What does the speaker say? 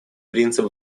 принцип